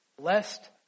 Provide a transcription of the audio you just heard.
lest